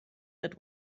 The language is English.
that